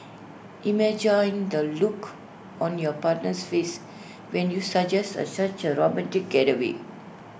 imagine the look on your partner's face when you suggest A such A romantic getaway